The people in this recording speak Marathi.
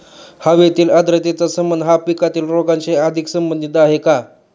हवेतील आर्द्रतेचा संबंध हा पिकातील रोगांशी अधिक संबंधित आहे का?